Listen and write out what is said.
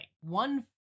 One